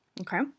okay